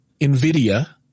NVIDIA